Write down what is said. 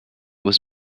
was